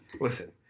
Listen